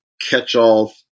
catch-all